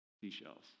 seashells